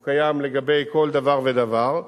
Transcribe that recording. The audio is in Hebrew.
הוא קיים לגבי כל דבר ודבר.